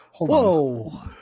whoa